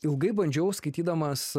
ilgai bandžiau skaitydamas